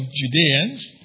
Judeans